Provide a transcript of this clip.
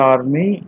Army